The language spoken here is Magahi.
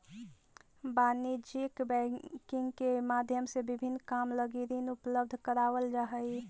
वाणिज्यिक बैंकिंग के माध्यम से विभिन्न काम लगी ऋण उपलब्ध करावल जा हइ